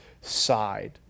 side